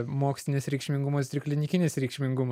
mokslinis reikšmingumas ir klinikinis reikšmingumas